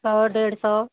सौ डेढ़ सौ